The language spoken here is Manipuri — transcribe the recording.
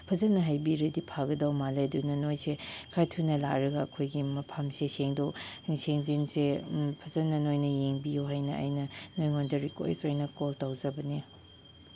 ꯐꯖꯅ ꯍꯥꯏꯕꯤꯔꯗꯤ ꯐꯒꯗꯧ ꯃꯥꯜꯂꯦ ꯑꯗꯨꯅ ꯅꯣꯏꯁꯦ ꯈꯔ ꯊꯨꯅ ꯂꯥꯛꯂꯒ ꯑꯩꯈꯣꯏꯒꯤ ꯃꯐꯝꯁꯦ ꯁꯦꯡꯗꯣꯛ ꯁꯦꯡꯖꯤꯟꯁꯦ ꯐꯖꯅ ꯅꯣꯏꯅ ꯌꯦꯡꯕꯤꯌꯨ ꯍꯥꯏꯅ ꯑꯩꯅ ꯅꯣꯏꯉꯣꯟꯗ ꯔꯤꯀ꯭ꯋꯦꯁ ꯑꯣꯏꯅ ꯀꯣꯜ ꯇꯧꯖꯕꯅꯦ